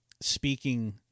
speaking